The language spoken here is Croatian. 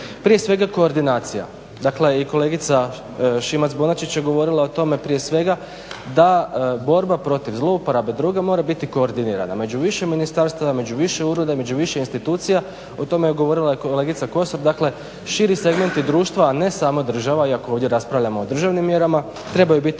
Prije svega koordinacija. Dakle, i kolegica Šimac-Bonačić je govorila o tome prije svega da borba protiv zlouporabe droga mora biti koordinirana među više ministarstava, među više ureda, među više institucija. O tome je govorila i kolegica Kosor. Dakle, širi segmenti društva, a ne samo država, iako ovdje raspravljamo o državnim mjerama trebaju biti